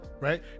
right